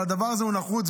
הדבר הזה הוא נחוץ,